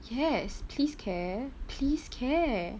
yes please care please care